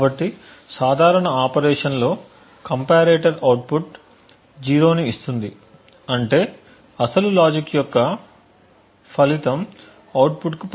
కాబట్టి సాధారణ ఆపరేషన్లో కంపారేటర్ అవుట్పుట్ 0 ని ఇస్తుంది అంటే అసలు లాజిక్ యొక్క ఫలితం అవుట్పుట్ కు పంపబడుతుంది